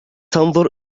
تنظر